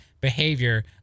behavior